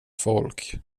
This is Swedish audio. folk